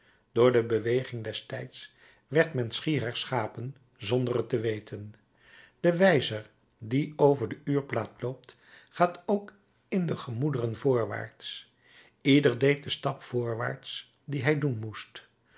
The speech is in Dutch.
door de beweging des tijds werd men schier herschapen zonder het te weten de wijzer die over de uurplaat loopt gaat ook in de gemoederen voorwaarts ieder deed den stap voorwaarts dien hij doen moest